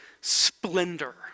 splendor